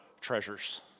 treasures